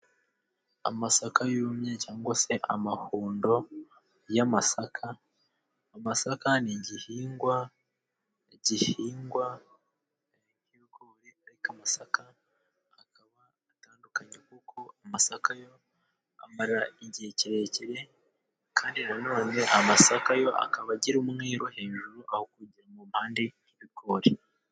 Amasaka yumye cyangwa se amahundo y'amasaka. Amasaka ni igihingwa gihingwa nk'ibigori ariko amasaka akaba atandukanye kuko amasaka yo amara igihe kirekire ,kandi nanone amasaka yo akaba agira umwero hejuru aho kuwugira mu mpande nk'ibigori.